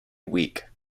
weak